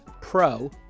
Pro